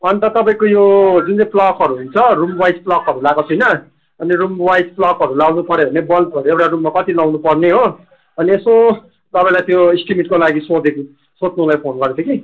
अन्त तपाईँको यो जुन चाहिँ प्लकहरू हुन्छ रुम वाइज प्लकहरू लगाएको छैन अनि रुम वाइज प्लकहरू लगाउनुपऱ्यो भने बल्बहरू एउटा रुममा कति लगाउनुपर्ने हो अनि यसो तपाईँलाई त्यो एस्टिमेटको लागि सोधेको सोध्नुलाई फोन गरेको थिएँ कि